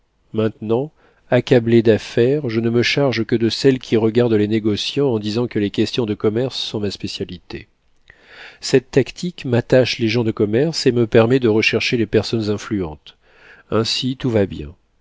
maintenant accablé d'affaires je ne me charge que de celles qui regardent les négociants en disant que les questions de commerce sont ma spécialité cette tactique m'attache les gens de commerce et me permet de rechercher les personnes influentes ainsi tout va bien